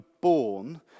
born